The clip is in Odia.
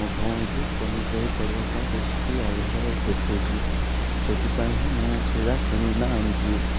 ମୋ ଭଉଣୀବି କମିକ୍ ବହି ପଢ଼ିବା ପାଇଁ ବେଶୀ ଆଗ୍ରହ ଦେଖଉଛି ସେଥିପାଇଁ ହିଁ ମୁଁ ସେଇଟା କିଣିକିନା ଆଣୁଛି